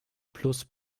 plus